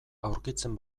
aurkitzen